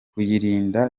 kuyirinda